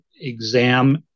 exam